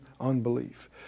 unbelief